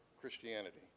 christianity